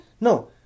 No